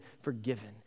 forgiven